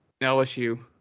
LSU